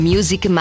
Music